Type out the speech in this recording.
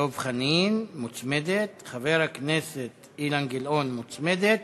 דב חנין, מוצמדת, חבר הכנסת אילן גילאון, מוצמדת.